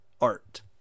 Art